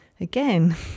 Again